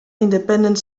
independent